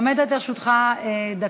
עומדת לרשותך דקה.